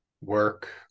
work